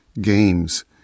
games